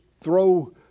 throw